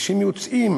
וכשהם יוצאים